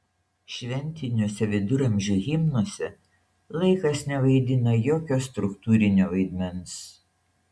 šventiniuose viduramžių himnuose laikas nevaidino jokio struktūrinio vaidmens